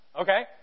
Okay